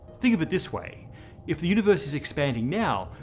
think of it this way if the universe is expanding now,